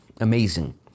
amazing